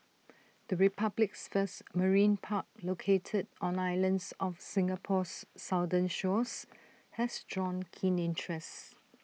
the republic's first marine park located on islands off Singapore's southern shores has drawn keen interest